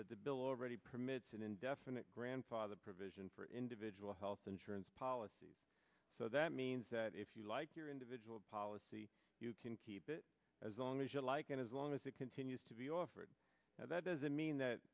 that the bill already permits an indefinite grandfather provision for individual health insurance policy so that means that if you like your individual policy you can keep it as long as you like and as long as it continues to be offered now that doesn't mean that